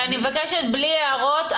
אני מבקשת בלי הערות.